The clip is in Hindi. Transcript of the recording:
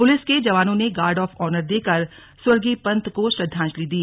पुलिस के जवानों ने गार्ड ऑफ ऑनर देकर स्वर्गीय पंत को श्रद्धांजलि दी